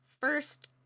first